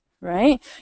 right